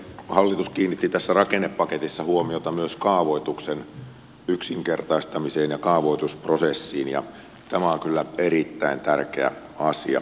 hallitus kiinnitti tässä rakennepaketissa huomiota myös kaavoituksen yksinkertaistamiseen ja kaavoitusprosessiin ja tämä on kyllä erittäin tärkeä asia